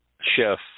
chef